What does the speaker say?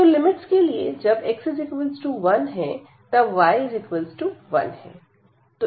तो लिमिट्स के लिए जब x1 है तब y 1 है